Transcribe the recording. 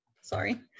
Sorry